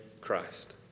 Christ